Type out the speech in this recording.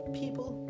people